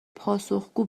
پاسخگو